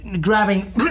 grabbing